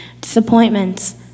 disappointments